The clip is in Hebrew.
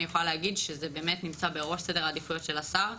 אני יכולה להגיד שזה באמת נמצא בראש סדר העדיפויות של השר,